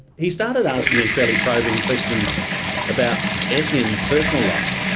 he started asking me fairly probing questions about etienne's personal life.